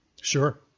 Sure